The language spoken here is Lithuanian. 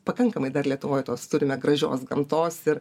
pakankamai dar lietuvoj tos turime gražios gamtos ir